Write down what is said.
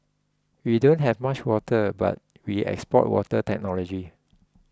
we don't have much water but we export water technology